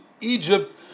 Egypt